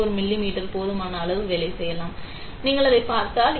4 மிமீ போதுமான அளவு வேலை செய்யலாம் நீங்கள் அதை பார்த்தால்